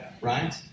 right